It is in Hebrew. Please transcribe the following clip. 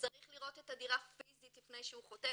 צריך לראות את הדירה פיזית לפני שהוא חותם.